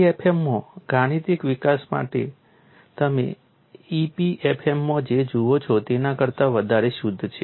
LEFM માં ગાણિતિક વિકાસ તમે EPFM માં જે જુઓ છો તેના કરતા વધારે શુદ્ધ છે